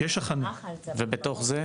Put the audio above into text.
ובתוך זה?